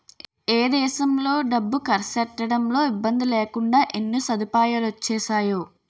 ఏ దేశంలో డబ్బు కర్సెట్టడంలో ఇబ్బందిలేకుండా ఎన్ని సదుపాయాలొచ్చేసేయో